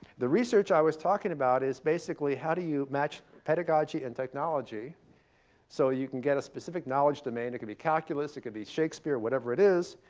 the research i was talking about is basically, how do you match pedagogy and technology so you can get a specific knowledge domain? it can be calculus. it could be shakespeare, whatever it is,